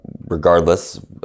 Regardless